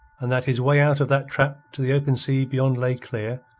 and that his way out of that trap to the open sea beyond lay clear,